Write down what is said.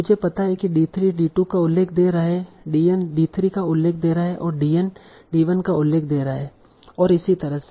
मुझे पता है कि d3 d2 का उल्लेख दे रहा है dn d3 का उल्लेख दे रहा है और dn d1 का उल्लेख दे रहा है इसी तरह से